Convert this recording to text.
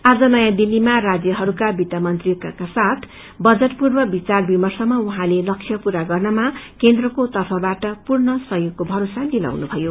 आज नयाँ दिल्लीमा राज्यहरूका वित्तमंत्रीहरूका साथ बजट पूर्ण विचार विप्रशका उहाँले लक्ष्य पूरा गर्नमा केन्द्रको तर्फबाट पूर्ण सहयोगको भरोसा दिलाउनुभयो